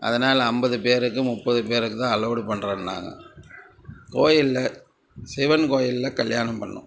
அதனால் ஐம்பது பேருக்கு முப்பது பேருக்கு தான் அலோடு பண்றோன்னாங்கோ கோவில்ல சிவன் கோவில்ல கல்யாணம் பண்ணோம்